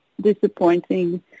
disappointing